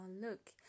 look